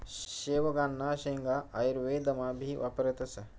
शेवगांना शेंगा आयुर्वेदमा भी वापरतस